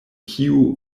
kiu